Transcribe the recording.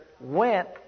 went